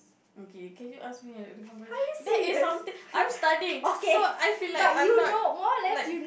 okay can you ask me that is something I'm studying so I feel like I'm not like